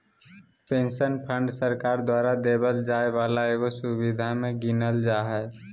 pension fund सरकार द्वारा देवल जाय वाला एगो सुविधा मे गीनल जा हय